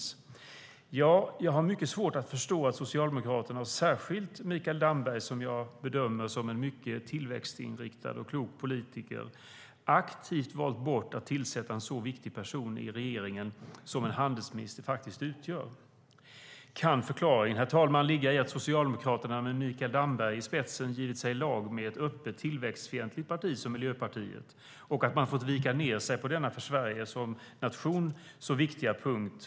Jag har mycket svårt att förstå att Socialdemokraterna, särskilt Mikael Damberg, som jag bedömer som en mycket tillväxtinriktad och klok politiker, aktivt valt bort att tillsätta en så viktig person i regeringen som en handelsminister faktiskt är. Kan förklaringen, herr talman, ligga i att Socialdemokraterna med Mikael Damberg i spetsen givit sig i lag med ett öppet tillväxtfientligt parti som Miljöpartiet och att man fått vika sig på denna för Sverige som nation så viktiga punkt?